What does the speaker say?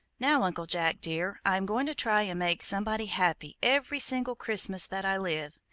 now, uncle jack, dear, i am going to try and make somebody happy every single christmas that i live,